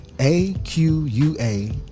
a-q-u-a